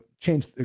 change